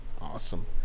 awesome